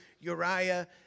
Uriah